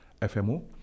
FMO